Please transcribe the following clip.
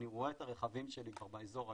אני רואה את הרכבים שלי כבר באזור האישי,